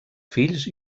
fills